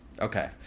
Okay